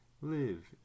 live